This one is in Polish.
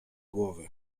głowy